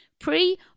Pre